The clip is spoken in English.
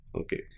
okay